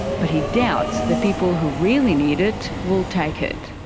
but he doubts the people who really need it will take it.